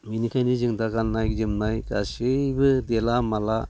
बेनिखायनो जों दा गाननाय जोमनाय गासैबो देला माला